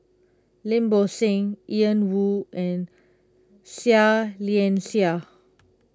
Lim Bo Seng Ian Woo and Seah Liang Seah